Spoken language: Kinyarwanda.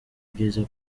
byiza